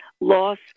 loss